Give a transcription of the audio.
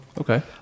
Okay